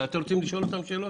אתם רוצים לשאול אותם שאלות?